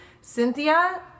Cynthia